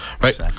Right